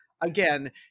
again